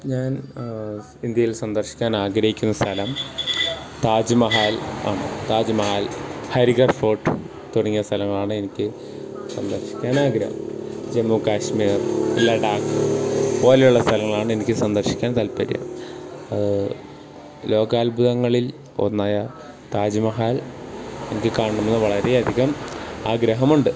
ഞാൻ ഇന്ത്യയിൽ സന്ദർശിക്കാൻ ആഗ്രഹിക്കുന്ന സ്ഥലം താജ്മഹാൽ ആ താജ്മഹാൽ ഹരിഗർ ഫോർട്ട് തുടങ്ങിയ സ്ഥലങ്ങളാണ് എനിക്ക് സന്ദർശിക്കാൻ ആഗ്രഹം ജമ്മുകാശ്മീർ ലഡാക്ക് പോലെയുള്ള സ്ഥലങ്ങളാണ് എനിക്ക് സന്ദർശിക്കാൻ താൽപര്യം ലോകാത്ഭുതങ്ങളിൽ ഒന്നായ താജ്മഹാൽ എനിക്ക് കാണണമെന്ന് വളരേയധികം ആഗ്രഹമുണ്ട്